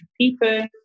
people